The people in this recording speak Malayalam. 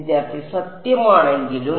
വിദ്യാർത്ഥി സത്യമാണെങ്കിലും